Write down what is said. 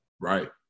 Right